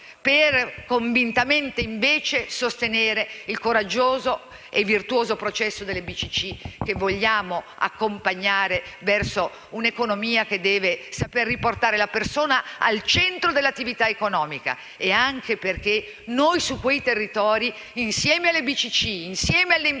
per sostenere invece, convintamente, il coraggioso e virtuoso processo delle BCC, che vogliamo accompagnare verso un'economia che sappia riportare la persona al centro dell'attività economica, anche perché in quei territori, insieme alle BCC, alle imprese